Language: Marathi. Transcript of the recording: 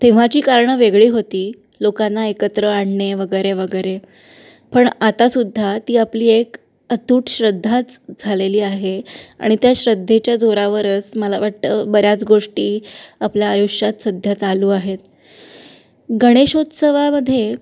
तेव्हाची कारणं वेगळी होती लोकांना एकत्र आणणे वगैरे वगैरे पण आतासुद्धा ती आपली एक अतूट श्रद्धाच झालेली आहे आणि त्या श्रद्धेच्या जोरावरच मला वाटतं बऱ्याच गोष्टी आपल्या आयुष्यात सध्या चालू आहेत गणेशोत्सवामध्ये